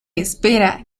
espera